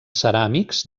ceràmics